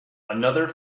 another